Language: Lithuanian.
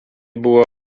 buvo